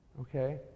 Okay